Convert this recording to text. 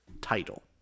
title